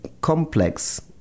complex